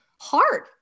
hard